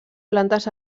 plantes